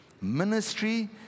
Ministry